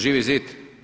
Živi zid.